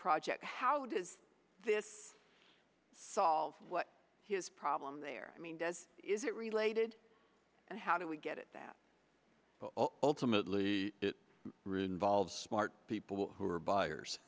project how does this solve what his problem there i mean does is it related and how do we get it that ultimately written volves smart people who are buyers